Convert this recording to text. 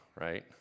right